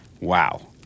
Wow